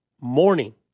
morning